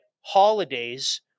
holidays